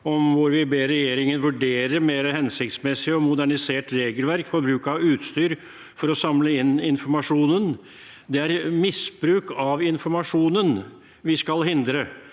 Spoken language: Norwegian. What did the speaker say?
hvor vi ber regjeringen vurdere mer hensiktsmessig og modernisert regelverk for bruk av utstyr for å samle inn informasjonen. Det er misbruk av informasjonen vi skal hindre,